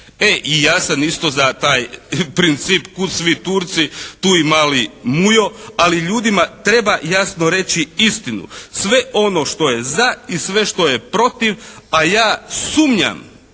e i ja sam isto za taj princip kud svi Turci, tu i mali Mujo, ali ljudima treba jasno reći istinu. Sve ono što je za i sve što je protiv. A ja sumnjam,